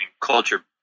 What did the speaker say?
culture